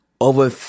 over